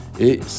et